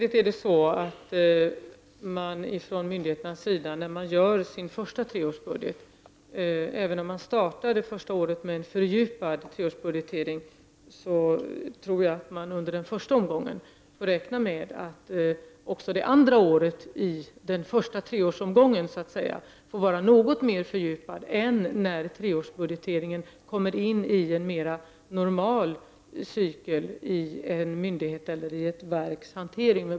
Med all säkerhet kommer myndigheterna och verken, när de gör sin första treårsbudget — även om de startar det första året med en fördjupad treårsbudget — att få räkna med att de även under det andra året i den första treårsomgången får fördjupa sig något mer än när treårsbudgeteringen kommer in i en mer normal cykel i en myndighets eller ett verks hantering.